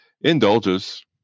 indulges